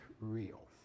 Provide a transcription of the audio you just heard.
real